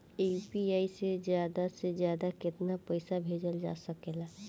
UPI से ज्यादा से ज्यादा केतना पईसा भेजल जा सकेला?